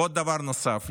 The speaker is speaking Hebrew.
דבר נוסף,